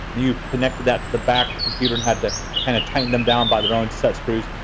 you connected that to the back of the computer, and had to kinda tighten them down by their own set screws.